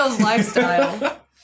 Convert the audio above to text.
lifestyle